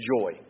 Joy